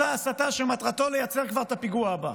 מסע הסתה שמטרתו לייצר כבר את הפיגוע הבא.